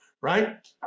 right